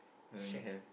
um have